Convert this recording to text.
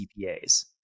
CPAs